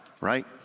right